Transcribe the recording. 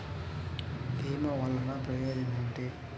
భీమ వల్లన ప్రయోజనం ఏమిటి?